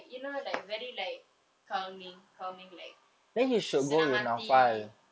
you know like very like calming calming like senang hati